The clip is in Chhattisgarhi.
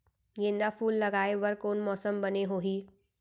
गेंदा फूल लगाए बर कोन मौसम बने होही?